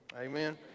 Amen